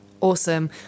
awesome